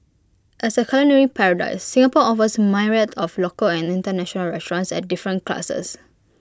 as A culinary paradise Singapore offers myriad of local and International restaurants at different classes